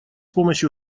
помощью